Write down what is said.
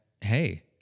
hey